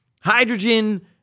hydrogen